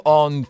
on